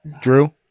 Drew